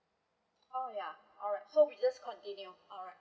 oh ya alright so we just continue alright